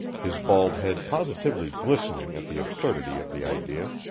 his bald head positively glistening at the absurdity of the idea.